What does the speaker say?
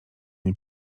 nie